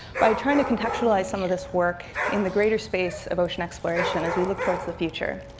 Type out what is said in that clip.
by trying to contextualize some of this work in the greater space of ocean exploration as we look towards the future.